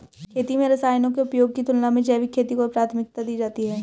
खेती में रसायनों के उपयोग की तुलना में जैविक खेती को प्राथमिकता दी जाती है